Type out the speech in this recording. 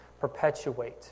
perpetuate